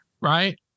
Right